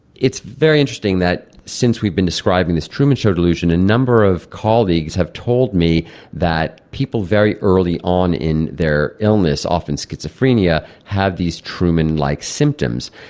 it's very interesting that since we've been describing this truman show delusion, a number of colleagues have told me that people very early on in their illness, often schizophrenia, have these truman-like symptoms.